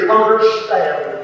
understand